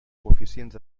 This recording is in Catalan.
coeficients